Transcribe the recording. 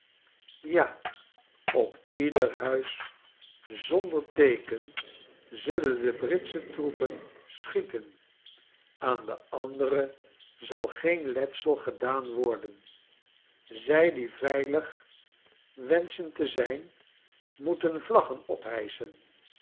ja op ieder huis zonder teeken zullen de britsche troepen schieten aan de andere zal geen letsel gedaan worden zij die veilig wenschen te zijn moeten vlaggen